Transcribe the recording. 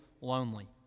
lonely